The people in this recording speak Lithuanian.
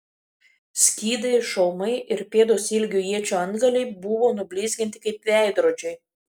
skydai šalmai ir pėdos ilgio iečių antgaliai buvo nublizginti kaip veidrodžiai